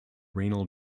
renal